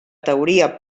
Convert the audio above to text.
teoria